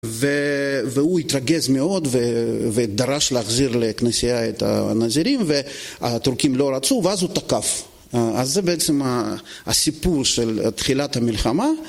והוא התרגז מאוד, ודרש להחזיר לכנסייה את הנזירים, והטורקים לא רצו, ואז הוא תקף, אז זה בעצם הסיפור של תחילת המלחמה.